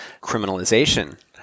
criminalization